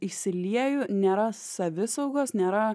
įsilieju nėra savisaugos nėra